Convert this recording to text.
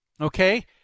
Okay